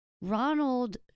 Ronald